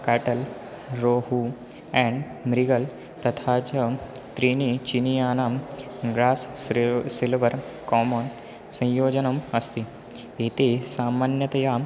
catla rohu and mrigal तथा च त्रीनि चिनियानां ग्रास् स्रेव् सिल्वर् कामोन् संयोजनम् अस्ति इति सामान्यतया